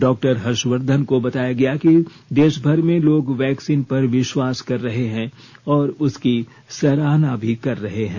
doctor Harshvardhan को बताया गया कि देशभर में लोग वैक्सीन पर विश्वास कर रहे हैं और उसकी सराहना भी कर रहे हैं